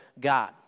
God